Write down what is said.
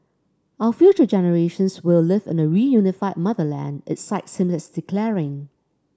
our future generations will live in a reunified motherland it cites him as declaring